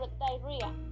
diarrhea